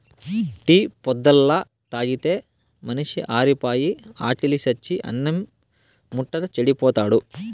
tea పొద్దల్లా తాగితే మనిషి ఆరిపాయి, ఆకిలి సచ్చి అన్నిం ముట్టక చెడిపోతాడు